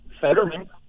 Fetterman